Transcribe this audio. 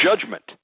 judgment